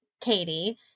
Katie